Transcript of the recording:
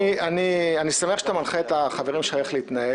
אני שמח שאתה מנחה את החברים שלך איך להתנהל.